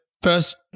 First